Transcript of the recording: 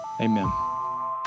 amen